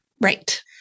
right